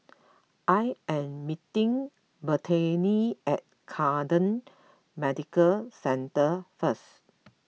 I am meeting Brittanie at Camden Medical Centre first